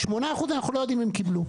8% אנחנו לא יודעים אם קיבלו.